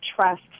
trust